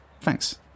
Thanks